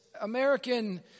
American